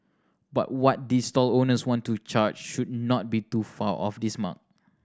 but what these stall owners want to charge should not be too far off this mark